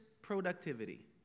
productivity